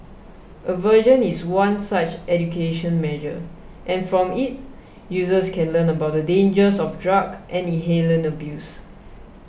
aversion is one such education measure and from it users can learn about the dangers of drug and inhalant abuse